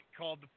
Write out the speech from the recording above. called